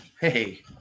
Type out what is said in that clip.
Hey